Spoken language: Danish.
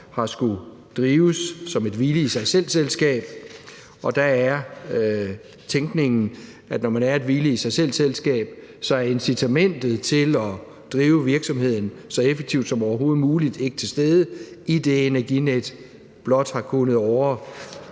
har skullet drives som et hvile i sig selv-selskab, og der er tænkningen, at når man er et hvile i sig selv-selskab, så er incitamentet til at drive virksomheden så effektivt som overhovedet muligt ikke til stede, idet Energinet blot har kunnet